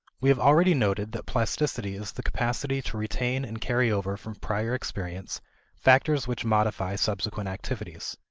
we have already noted that plasticity is the capacity to retain and carry over from prior experience factors which modify subsequent activities.